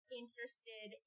interested